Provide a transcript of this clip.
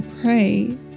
pray